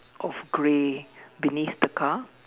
of grey beneath the car